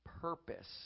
purpose